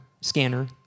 Scanner